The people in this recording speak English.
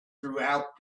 throughout